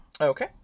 okay